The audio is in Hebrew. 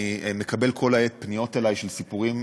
אני מקבל כל העת פניות אלי עם סיפורים.